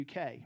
UK